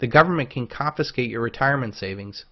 the government can confiscate your retirement savings